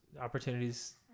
opportunities